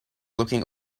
looking